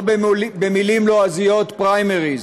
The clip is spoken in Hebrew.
או במילים לועזיות פריימריז,